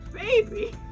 Baby